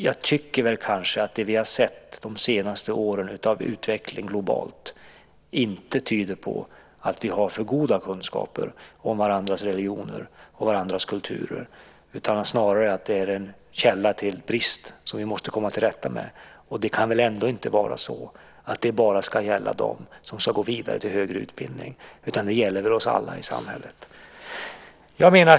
Jag tycker att den globala utvecklingen de senaste åren inte tyder på att vi har för goda kunskaper om varandras religioner och kulturer utan snarare är en bristfällig källa som vi måste komma till rätta med. Det kan väl inte vara så att det gäller bara dem som ska gå vidare till högre utbildning, utan det gäller oss alla i samhället.